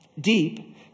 deep